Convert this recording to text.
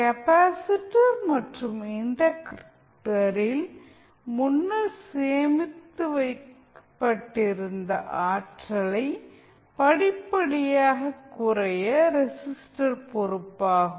capacitor மற்றும் இன்டக்டரில் முன்னர் சேமித்து வைக்கப்பட்டிருந்த ஆற்றலை படிப்படியாகக் குறைய ரெசிஸ்டர் பொறுப்பாகும்